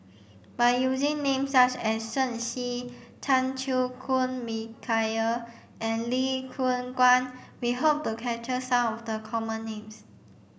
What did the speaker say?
by using names such as Shen Xi Chan Chew Koon and Lee Choon Guan we hope the capture some of the common names